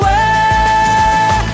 away